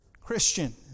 Christian